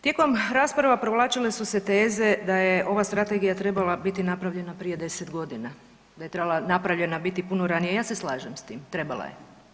Tijekom rasprava provlačile su se teze da je ova strategija trebala biti napravljena prije deset godina, da je trebala napravljena biti puno ranije, ja se slažem s tim, trebala je.